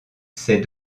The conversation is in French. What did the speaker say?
ses